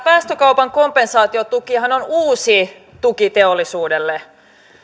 päästökaupan kompensaatiotukihan on uusi tuki teollisuudelle